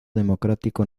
democrático